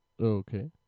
Okay